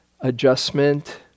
adjustment